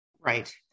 Right